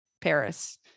Paris